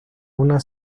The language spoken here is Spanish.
una